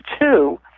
two